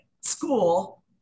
school